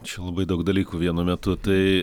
čia labai daug dalykų vienu metu tai